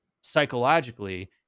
psychologically